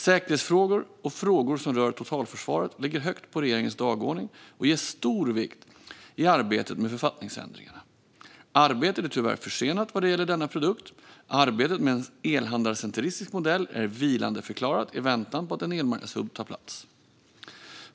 Säkerhetsfrågor och frågor som rör totalförsvaret ligger högt på regeringens dagordning och ges stor vikt i arbetet med författningsändringarna. Arbetet är tyvärr försenat vad gäller denna produkt. Arbetet med en elhandlarcentrisk modell är vilandeförklarat i väntan på att en elmarknadshubb tar plats.